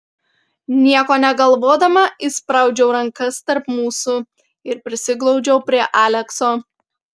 nieko negalvodama įspraudžiau rankas tarp mūsų ir prisiglaudžiau prie alekso